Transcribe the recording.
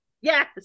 Yes